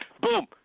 boom